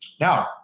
Now